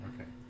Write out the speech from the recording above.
Okay